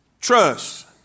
Trust